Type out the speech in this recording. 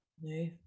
No